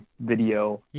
video